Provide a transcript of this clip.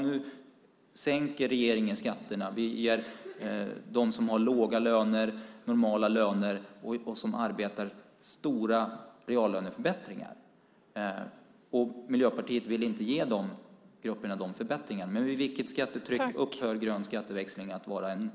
Nu sänker regeringen skatterna, och vi ger dem som har låga och normala löner och som arbetar stora reallöneförbättringar. Miljöpartiet vill inte ge de grupperna de förbättringarna. Vid vilket skattetryck upphör grön skatteväxling att vara en metod?